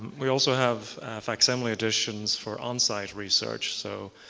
we also have facsimile editions for on-site research. so